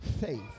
faith